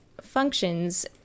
functions